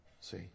See